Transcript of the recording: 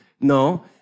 No